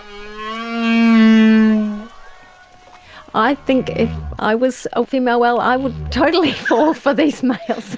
i i think if i was a female whale i would totally fall for these males.